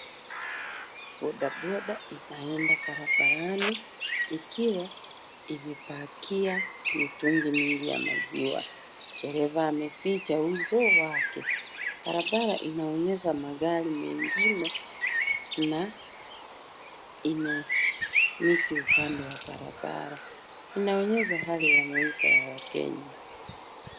Bodaboda inaenda barabarani. Ikiwa imepakia mitungi mingi ya maziwa. Dereva ameficha uso wake. Barabara inaonyesha magari mengine na ina miti upande wa barabara. Inaonyesha hali ya maisha ya wakenya.